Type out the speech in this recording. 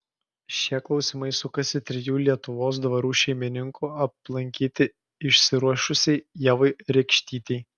šie klausimai sukasi trijų lietuvos dvarų šeimininkų aplankyti išsiruošusiai ievai rekštytei